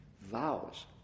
Vows